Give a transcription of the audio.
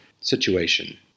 situation